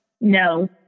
No